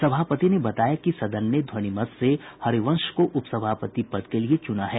सभापति ने बताया कि सदन ने ध्वनिमत से हरिवंश को उपसभापति पद के लिये चुना है